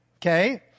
Okay